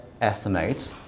estimates